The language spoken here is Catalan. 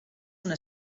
una